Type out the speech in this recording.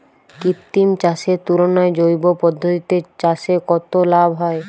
কৃত্রিম চাষের তুলনায় জৈব পদ্ধতিতে চাষে কত লাভ হয়?